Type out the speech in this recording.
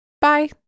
Bye